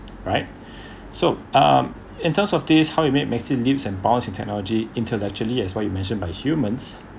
right so um in terms of days how you make lives and power in technology intellectually as what you mentioned by humans